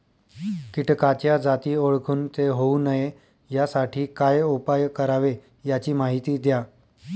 किटकाच्या जाती ओळखून ते होऊ नये यासाठी काय उपाय करावे याची माहिती द्या